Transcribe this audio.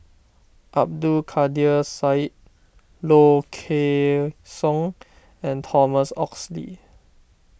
Abdul Kadir Syed Low Kway Song and Thomas Oxley